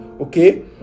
Okay